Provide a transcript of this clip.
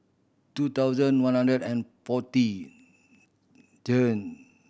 two thousand one hundred and forty ten